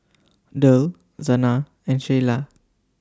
Derl Zana and Sheilah